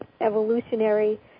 evolutionary